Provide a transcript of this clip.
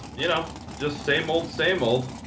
you know, just same old, same old.